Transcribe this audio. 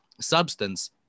substance